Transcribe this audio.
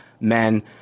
men